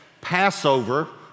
Passover